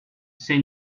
say